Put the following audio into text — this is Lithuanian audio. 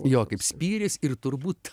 jo kaip spyris ir turbūt